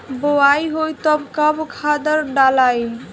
बोआई होई तब कब खादार डालाई?